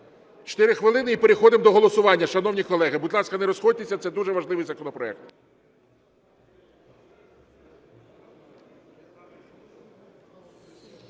тоді 4 хвилини, і переходимо до голосування. Шановні колеги, будь ласка, не розходьтеся, це дуже важливий законопроект.